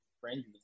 friendly